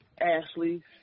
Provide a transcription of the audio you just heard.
Ashley